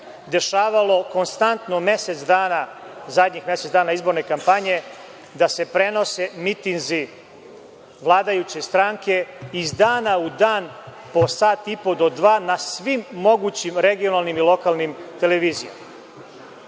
dešavalo konstantno mesec dana, zadnjih mesec dana izborne kampanje da se prenose mitinzi vladajuće stranke iz dana u dan, po sat i po do dva, na svi mogućim regionalnim i lokalnim televizijama. REM